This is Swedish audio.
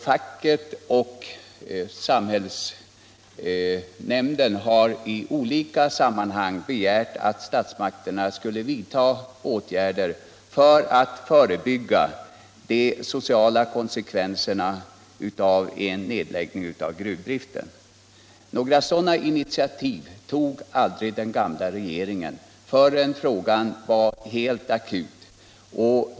Facket och samhällsnämnden har i olika sammanhang begärt att statsmakterna skulle vidta åtgärder för att förebygga de sociala konsekvenserna av en nedläggning av gruvdriften. Några sådana initiativ tog inte den gamla regeringen, förrän frågan var helt akut.